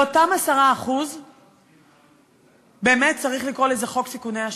לאותם 10% באמת צריך לקרוא לזה חוק סיכוני אשראי.